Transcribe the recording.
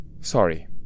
Sorry